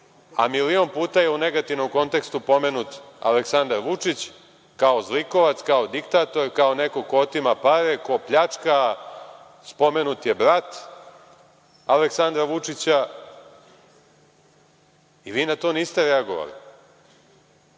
a milion puta je u negativnom kontekstu pomenut Aleksandar Vučić kao zlikovac, kao diktator, kao neko ko otima pare, ko pljačka, spomenut je brat Aleksandara Vučića i vi na to niste reagovali. Nemojte